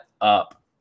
up